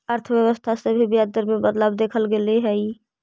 अर्थव्यवस्था से भी ब्याज दर में बदलाव देखल गेले हइ